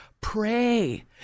Pray